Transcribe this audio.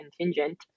contingent